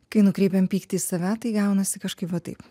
kai nukreipiam pyktį į save tai gaunasi kažkaip va taip